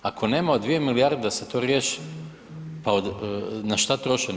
Ako nema od 2 milijarde da se to riješi pa na što troše novac?